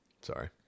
sorry